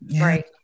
Right